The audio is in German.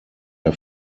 der